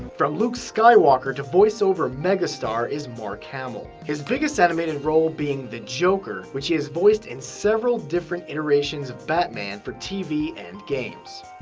from luke skywalker to voiceover megastar is mark hamill. his biggest animated role being the joker, which he has voiced in several different iterations of batman for tv and games.